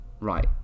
right